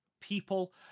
people